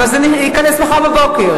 אבל זה ייכנס מחר בבוקר.